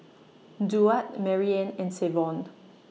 Duard Maryann and Savon